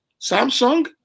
Samsung